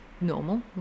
normal